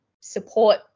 support